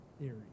theory